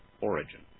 origin